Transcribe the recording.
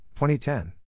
2010